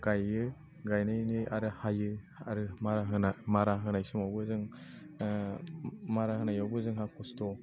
गायो गायनायनि आरो हायो आरो मारा होना मारा होनाय समावबो जों मारा होनायावबो जोंहा खस्थ'